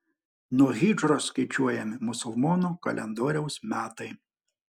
nuo hidžros skaičiuojami musulmonų kalendoriaus metai